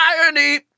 irony